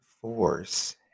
force